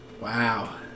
Wow